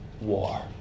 war